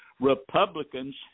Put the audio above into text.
Republicans